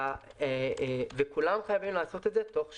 כולם חייבים לעשות את זה תוך שנה.